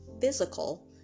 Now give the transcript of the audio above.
physical